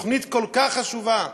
בתוכנית כל כך חשובה,